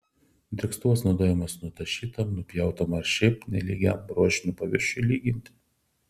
drėkstuvas naudojamas nutašytam nupjautam ar šiaip nelygiam ruošinio paviršiui lyginti